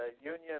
Union